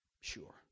sure